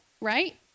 right